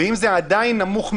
ואם זה עדיין נמוך מאוד,